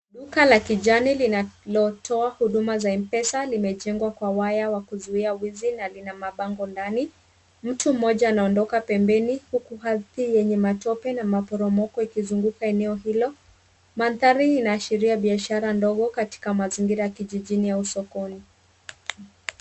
Duka la kijani linalotoa huduma za m pesa limejengwa kwa waya wa kuzuia wizi na lina mabango ndani. Mtu mmoja anaondoka pembeni huku hadhi yenye matope na maporomoko ikizunguka eneo hilo. Mandhari na sheria biashara ndogo katika mazingira ya kijijini au sokoni.